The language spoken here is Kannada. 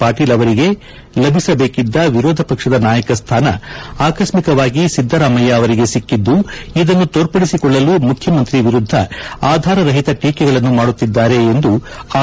ಪಾಟೀಲ್ ಅವರಿಗೆ ಲಭಿಸಬೇಕಿದ್ದ ವಿರೋಧ ಪಕ್ಷದ ನಾಯಕ ಸ್ಥಾನ ಆಕಸ್ಮಿಕವಾಗಿ ಸಿದ್ದರಾಮಯ್ಯ ಅವರಿಗೆ ಸಿಕ್ಕಿದ್ದು ಇದನ್ನು ತೋರ್ಪಡಿಸಿಕೊಳ್ಳಲು ಮುಖ್ಯಮಂತ್ರಿ ವಿರುದ್ದ ಆಧಾರರಹಿತ ಟೀಕೆಗಳನ್ನು ಮಾಡುತ್ತಿದ್ದಾರೆ ಎಂದು ಆರ್